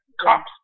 cops